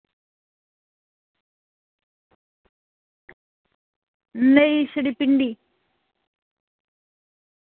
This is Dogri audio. नेईं छड़ी भिंडी